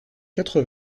quatre